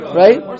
right